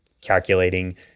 calculating